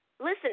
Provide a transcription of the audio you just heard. Listen